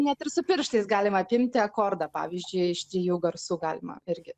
net ir su pirštais galima apimti akordą pavyzdžiui iš trijų garsų galima irgi